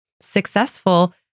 successful